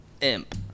Imp